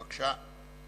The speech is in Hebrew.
בבקשה.